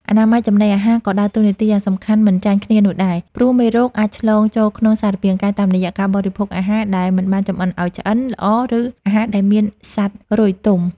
អនាម័យចំណីអាហារក៏ដើរតួនាទីយ៉ាងសំខាន់មិនចាញ់គ្នានោះដែរ ព្រោះមេរោគអាចឆ្លងចូលក្នុងសារពាង្គកាយតាមរយៈការបរិភោគអាហារដែលមិនបានចម្អិនឱ្យឆ្អិនល្អ ឬអាហារដែលមានសត្វរុយទុំ។